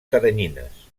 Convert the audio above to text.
teranyines